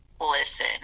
listen